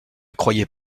croyait